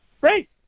great